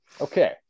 okay